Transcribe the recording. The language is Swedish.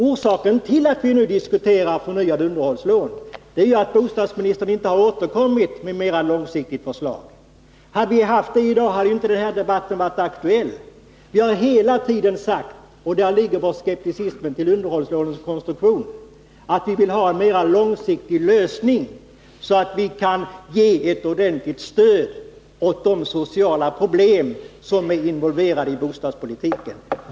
Orsaken till att vi nu diskuterar förnyade underhållslån är ju att bostadsministern inte har återkommit med mer långsiktiga förslag. Hade vi haft sådana i dag hade inte den här debatten varit aktuell. Vi har hela tiden sagt — och där ligger vår skepsis till underhållslånens konstruktion — att vi vill ha mer långsiktiga lösningar, så att vi kan ge ett ordentligt stöd beträffande de sociala problem som är involverade i bostadspolitiken.